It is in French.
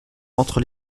entre